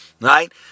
Right